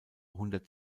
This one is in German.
hundert